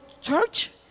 Church